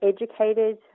educated